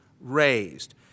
raised